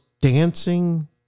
dancing